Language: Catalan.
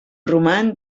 roman